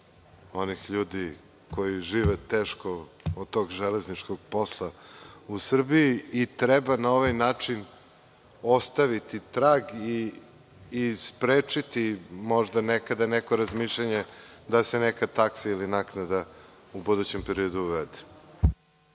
onih ljudi koji žive teško od tog železničkog posla u Srbiji i treba na ovaj način ostaviti trag i sprečiti možda nekada neko razmišljanje da se neka taksa ili naknada u budućem periodu uvede.